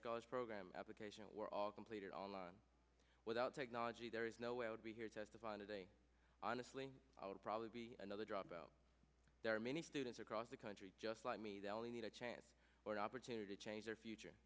scholars program applications were all completed online without technology there is no way i would be here testifying today honestly i would probably be another job out there are many students across the country just like me that only need a chance or opportunity to change their future